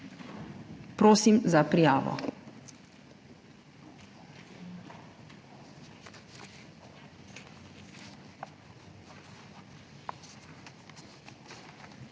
Prosim za prijavo.